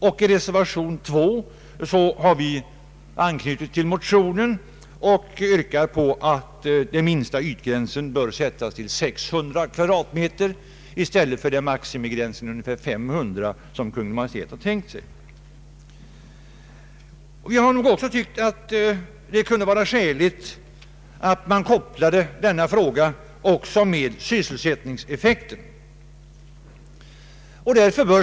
I reservation 5 har vi anknutit till motionen och yrkar att minsta ytgränsen bör sättas till 600 m? i stället för maximigränsen ungefär 500 m? som Kungl. Maj:t har tänkt sig. Vi har också ansett att det kunde vara skäligt att sammankoppla denna fråga med sysselsättningseffekten.